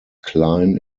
klein